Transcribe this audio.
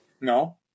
No